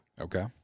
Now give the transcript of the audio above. Okay